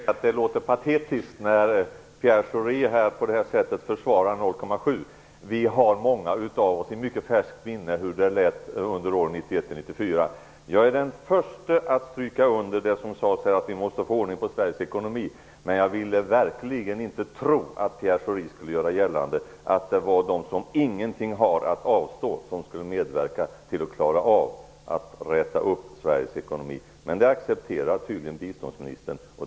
Fru talman! Jag kan inte låta bli att säga att det låter patetiskt när Pierre Schori försvarar 0,7 %. Vi har många i färskt minne hur det lät under åren 1991 1994. Jag är den förste att stryka under att vi måste få ordning på Sveriges ekonomi. Men jag ville inte tro att Pierre Schori skulle göra gällande att det var de som ingenting har att avstå som skulle medverka till att klara av att räta upp Sveriges ekonomi. Det accepterar tydligen biståndsministern.